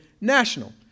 national